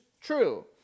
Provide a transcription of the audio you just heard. true